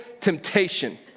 temptation